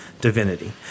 divinity